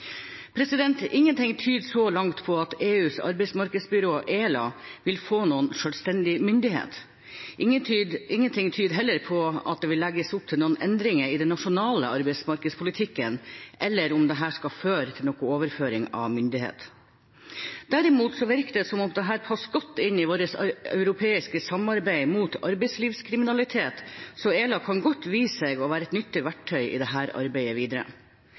Ingenting tyder så langt på at EUs arbeidsmarkedsbyrå, ELA, vil få noen selvstendig myndighet. Ingenting tyder heller på at det vil legges opp til noen endringer i den nasjonale arbeidsmarkedspolitikken, eller at dette skal føre til noen overføring av myndighet. Derimot virker det som om dette passer godt inn i vårt europeiske samarbeid mot arbeidslivskriminalitet, så ELA kan godt vise seg å være et nyttig verktøy i dette arbeidet videre.